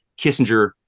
Kissinger